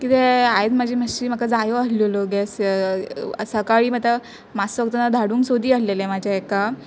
कितें आयज म्हाजी मातशी म्हाका जायो आहलेलो गॅस सकाळी म्हता माातसो वगतान धाडूूंक सोदी आहलेलें म्हाज्या हेका